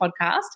podcast